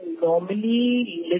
normally